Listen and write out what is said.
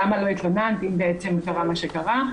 למה לא התלוננת אם בעצם קרה מה שקרה,